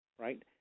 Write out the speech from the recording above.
Right